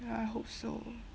ya I hope so